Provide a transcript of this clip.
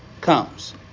comes